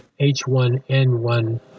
H1N1